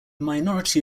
minority